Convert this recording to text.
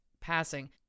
passing